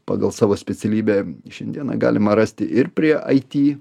pagal savo specialybę šiandieną galima rasti ir prie it